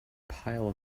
pile